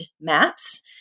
maps